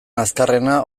azkarrena